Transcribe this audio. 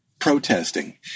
Protesting